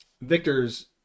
Victor's